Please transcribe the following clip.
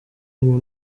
ngo